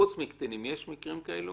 חוץ מקטינים, יש מקרים כאלו